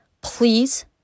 please